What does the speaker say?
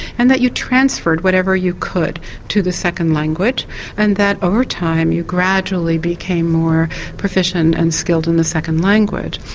and that you transferred whatever you could to the second language and that over time you gradually became more proficient and skilled in the second language.